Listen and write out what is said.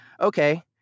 Okay